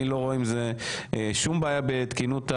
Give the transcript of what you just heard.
אני לא רואה שום בעיה בתקינות ההליך,